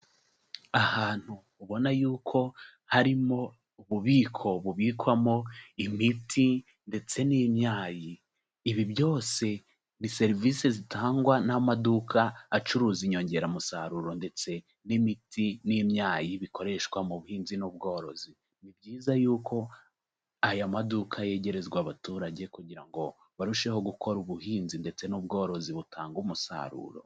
Ahantu ubona yuko harimo ububiko bubikwamo imiti ndetse n'imyayi, ibi byose ni serivisi zitangwa n'amaduka acuruza inyongeramusaruro ndetse n'imiti n'imyayi bikoreshwa mu buhinzi n'ubworozi. Ni byiza yuko aya maduka yegerezwa abaturage kugira ngo barusheho gukora ubuhinzi ndetse n'ubworozi butanga umusaruro.